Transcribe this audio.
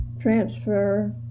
transfer